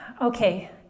okay